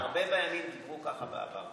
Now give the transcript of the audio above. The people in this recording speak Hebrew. הרבה בימין דיברו ככה בעבר.